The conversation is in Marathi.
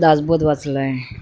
दासबोध वाचला आहे